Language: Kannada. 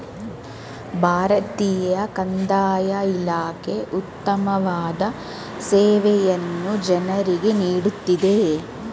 ಭಾರತೀಯ ಕಂದಾಯ ಇಲಾಖೆ ಉತ್ತಮವಾದ ಸೇವೆಯನ್ನು ಜನರಿಗೆ ನೀಡುತ್ತಿದೆ